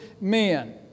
men